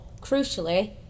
crucially